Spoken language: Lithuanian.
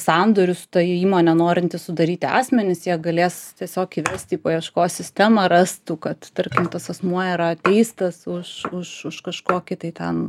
sandorius su ta įmone norintys sudaryti asmenys jie galės tiesiog įvest į paieškos sistemą rastų kad tarkim tas asmuo yra teistas už už už kažkokį tai ten